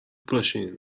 باشین